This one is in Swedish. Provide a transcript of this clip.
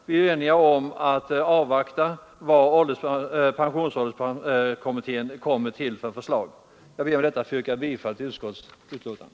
Vi är eniga om att avvakta vilket förslag pensionsålderskommittén kommer fram till. Jag ber med detta att få yrka bifall till utskottets hemställan.